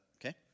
okay